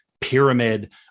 pyramid